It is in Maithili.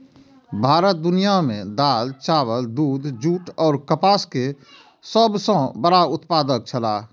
भारत दुनिया में दाल, चावल, दूध, जूट और कपास के सब सॉ बड़ा उत्पादक छला